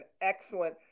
excellent